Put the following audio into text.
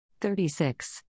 36